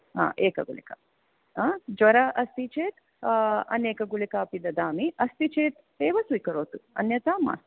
हा एका गुलिकां हा ज्वर अस्ति चेत् अन्य एका गुलिका अपि ददामि अस्ति चेत् एव स्वीकरोतु अन्यथा मास्तु